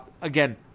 Again